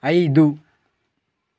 ಐದು